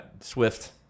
Swift